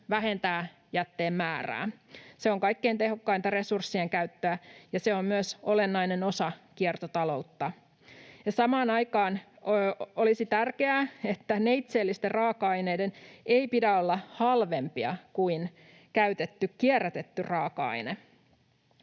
vähentää jätteen määrää. Se on kaikkein tehokkainta resurssien käyttöä, ja se on myös olennainen osa kiertotaloutta. Samaan aikaan olisi tärkeää, että neitseellisten raaka-aineiden ei pidä olla halvempia kuin käytetty, kierrätetty raaka-aine.